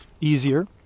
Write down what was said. easier